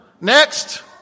Next